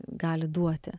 gali duoti